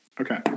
okay